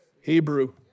Hebrew